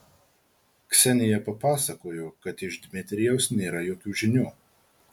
ksenija papasakojo kad iš dmitrijaus nėra jokių žinių